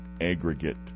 aggregate